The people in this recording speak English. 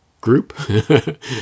Group